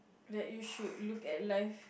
that you should look at life